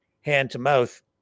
hand-to-mouth